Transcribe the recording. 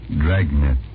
Dragnet